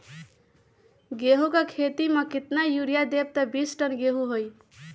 गेंहू क खेती म केतना यूरिया देब त बिस टन गेहूं होई?